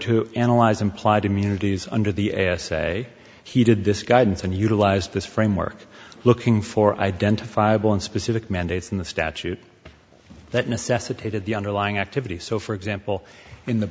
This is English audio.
to analyze implied immunities under the n s a he did this guidance and utilized this framework looking for identifiable and specific mandates in the statute that necessitated the underlying activity so for example in the